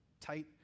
tight